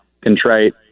contrite